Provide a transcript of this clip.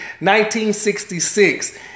1966